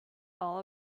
all